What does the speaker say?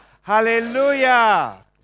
Hallelujah